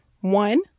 One